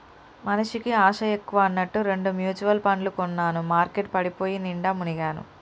మనిషికి ఆశ ఎక్కువ అన్నట్టు రెండు మ్యుచువల్ పండ్లు కొన్నాను మార్కెట్ పడిపోయి నిండా మునిగాను